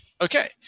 Okay